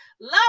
love